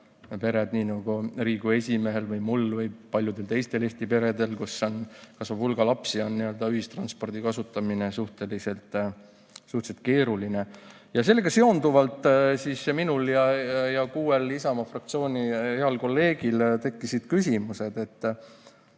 nii nagu Riigikogu esimehel või mul või paljudel teistel Eesti peredel, kus kasvab hulga lapsi, on ühistranspordi kasutamine suhteliselt keeruline. Sellega seonduvalt tekkisid minul ja kuuel Isamaa fraktsiooni heal kolleegil küsimused.